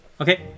okay